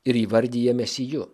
ir įvardija mesiju